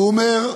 והוא אומר: